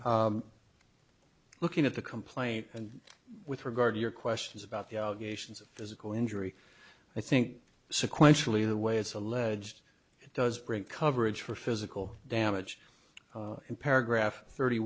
estate looking at the complaint and with regard to your questions about the allegations of physical injury i think sequentially the way it's alleged does great coverage for physical damage in paragraph thirty